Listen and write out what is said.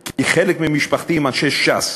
כי חלק ממשפחתי הם אנשי ש"ס